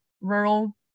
rural